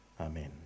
Amen